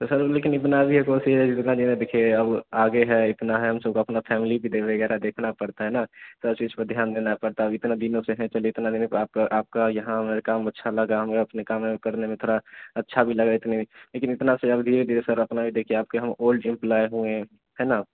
तो सर लेकिन इतना भी जितना भी ना दिखे अब आगे है इतना है हम सब अपना फैमिली भी देख वग़ैरह देखना पड़ता है ना सब चीज़ को ध्यान देना पड़ता अब इतने दिनों से हैं तो जितने दिनों को आप आपका यहाँ हमारा काम अच्छा लगा होगा अपने काम करने में थोड़ा अच्छा भी लगा इतनी लेकिन इतना सैलरीए दिए सर अपना भी देखिए आपके हम ओल्ड इम्पलाॅई हूँ मैं है ना